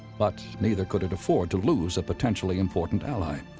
but neither could it afford to lose a potentially important ally.